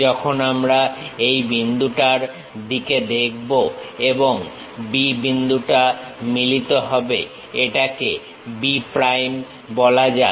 যখন আমরা এই বিন্দুটার দিকে দেখব এবং B বিন্দুটা মিলিত হবে এটাকে B প্রাইম বলা যাক